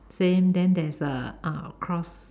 same then there is a uh cross